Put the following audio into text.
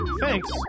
thanks